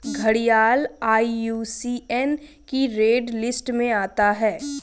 घड़ियाल आई.यू.सी.एन की red list में आता है